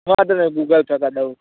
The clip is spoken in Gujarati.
વાંધો નય ગૂગલ પે કર દવ